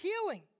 healing